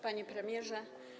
Panie Premierze!